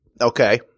Okay